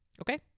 Okay